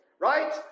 right